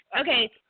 Okay